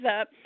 up